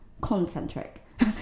Concentric